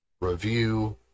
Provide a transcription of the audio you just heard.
review